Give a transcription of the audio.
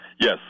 Yes